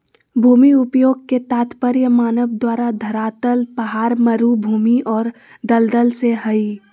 भूमि उपयोग के तात्पर्य मानव द्वारा धरातल पहाड़, मरू भूमि और दलदल से हइ